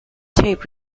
tape